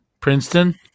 Princeton